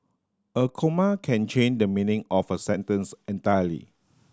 a comma can change the meaning of a sentence entirely